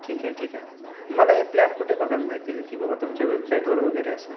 ठीक आहे ठीक आहे मला हे प्लॅन कुठे बघायला मिळतील की बाबा तुमच्या वेबसाईटवर वगैरे असं